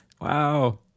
wow